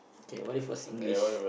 okay what if it was English